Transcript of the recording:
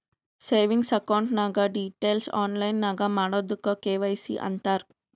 savings account ನಾಗ್ details online ನಾಗ್ ಮಾಡದುಕ್ ಕೆ.ವೈ.ಸಿ ಅಂತಾರ್